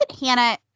Hannah